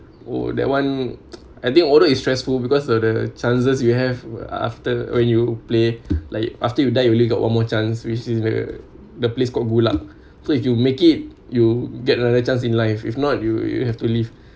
oh that one I think war zone is stressful because the chances you have after when you play like after you die you only got one more chance which is the the place got gulag so if you make it you get another chance in life if not you you you have to leave